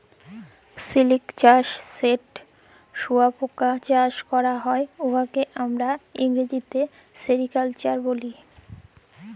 সিলিক চাষ যেট শুঁয়াপকা চাষ ক্যরা হ্যয়, উয়াকে আমরা ইংরেজিতে সেরিকালচার ব্যলি